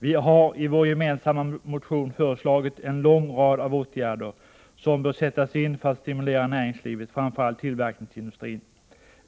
Vi har i vår gemensamma motion föreslagit en lång rad av åtgärder, som bör sättas in för att stimulera näringslivet, framför allt tillverkningsindustrin.